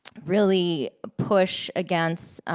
really push against